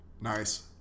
Nice